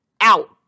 out